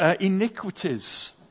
iniquities